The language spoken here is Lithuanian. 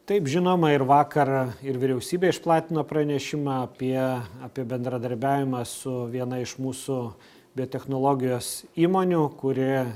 taip žinoma ir vakar ir vyriausybė išplatino pranešimą apie apie bendradarbiavimą su viena iš mūsų biotechnologijos įmonių kuri